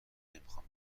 نمیخوام